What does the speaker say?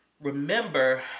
remember